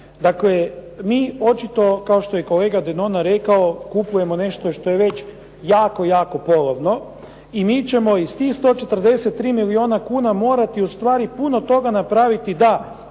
Dakle, mi očito kao što je i kolega Denona rekao, kupujemo nešto što je već jako, jako polovno i mi ćemo i s tih 143 milijuna kuna morati ustvari puno toga napraviti da